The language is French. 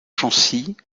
chancy